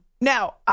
Now